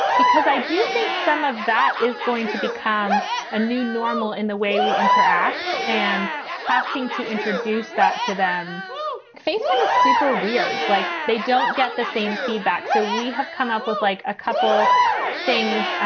because i do think some of that is going to become a new normal in the way we interact. and having to introduce that to them face him is super weird, like they don't get the same feedback. so we have come up with, like, a couple things.